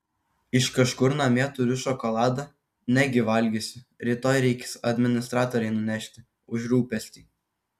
iš kažkur namie turiu šokoladą negi valgysiu rytoj reiks administratorei nunešti už rūpestį